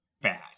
bad